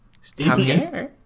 Stephen